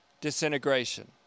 disintegration